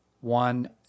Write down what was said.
one